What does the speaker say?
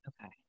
Okay